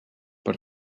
per